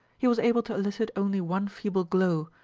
he was able to elicit only one feeble glow,